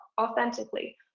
authentically